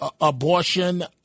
abortion